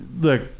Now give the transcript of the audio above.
Look